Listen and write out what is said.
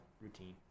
routine